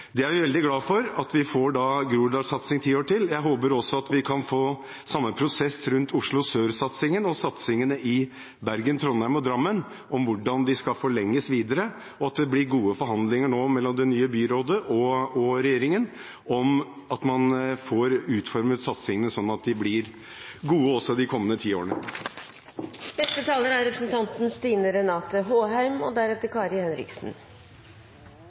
Det er vi veldig glad for, at vi får Groruddalen-satsing i ti år til. Jeg håper at vi også kan få samme prosess rundt Oslo Sør-satsingen og satsingene i Bergen, Trondheim og Drammen, om hvordan de skal forlenges videre, og at det nå blir gode forhandlinger mellom det nye byrådet og regjeringen om å få utformet satsingene slik at de blir gode også de kommende